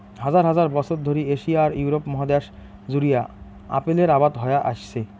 হাজার হাজার বছর ধরি এশিয়া আর ইউরোপ মহাদ্যাশ জুড়িয়া আপেলের আবাদ হয়া আইসছে